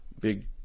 big